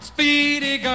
Speedy